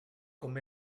com